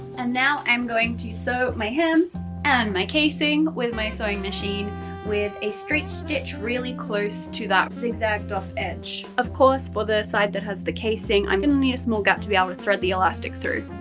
and now i'm going to, sew my hem and my casing with my sewing machine with a straight stitch really close to that zig zagged off edge, of course, for the side that has the casing, i'm going to need a small gap to be ah able to thread the elastic through.